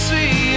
See